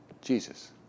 Jesus